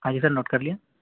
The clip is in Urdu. ہاں جی سر نوٹ کر لیا